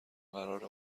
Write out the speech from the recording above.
قراره